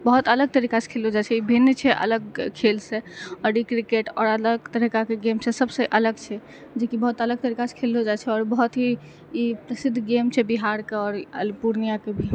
बहुत अलग तरीकासँ खेललऽ जाइ छै ई भिन्न छै अलग खेलसँ आओर ई किरकेट आओर अलग तरीकाके गेम छै सबसँ अलग छै जेकि बहुत अलग तरीकासँ खेललऽ जाइ छै आओर बहुत ही ई प्रसिद्ध गेम छै बिहारके आओर पूर्णियाके भी